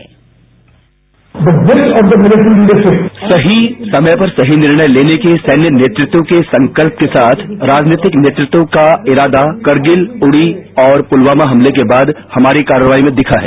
bite सही समय पर सही निर्णय लेने के सैन्य नेतृत्वों के संकल्प के साथ राजनीतिक नेतृत्वों की द्र ढ़ता करगिल पुरी और पुलवामा हमले के बाद हमारी कार्रवाई में दिखा है